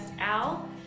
Al